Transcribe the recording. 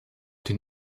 den